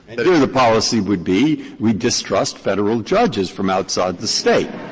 and here the policy would be we distrust federal judges from outside the state.